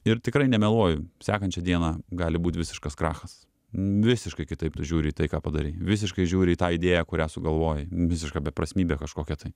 ir tikrai nemeluoju sekančią dieną gali būt visiškas krachas visiškai kitaip tu žiūri į tai ką padarei visiškai žiūri į tą idėją kurią sugalvojai visiška beprasmybė kažkokia tai